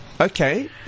Okay